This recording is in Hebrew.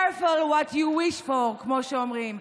careful with what you wish for, כמו שאומרים.